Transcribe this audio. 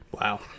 Wow